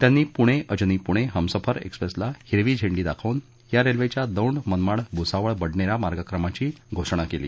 त्यांनी पुणे अजनी पूणे हमसफर एक्सप्रेसला हिरवी झेंडी दाखवून या रेल्वेच्या दौंड मनमाड भुसावळ बडनेरा मार्गक्रमणाची घोषणा केली